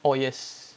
oh yes